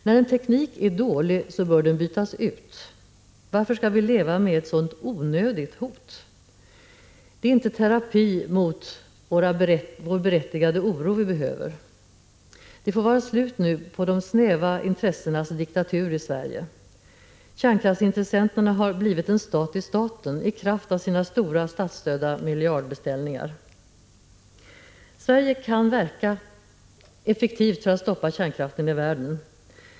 När en teknik är dålig bör den bytas ut. Varför skall vi leva med ett så onödigt hot? Det är inte terapi mot vår berättigade oro vi behöver. Det får vara slut på de snäva intressenas diktatur i Sverige! Kärnkraftsintressenterna har blivit en stat i staten i kraft av sina stora statsstödda miljardbeställningar. Sverige kan effektivt verka för att stoppa kärnkraften i världen.